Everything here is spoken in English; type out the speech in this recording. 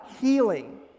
healing